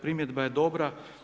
Primjedba je dobra.